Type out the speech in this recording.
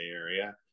Area